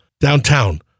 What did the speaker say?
downtown